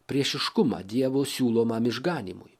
priešiškumą dievo siūlomam išganymui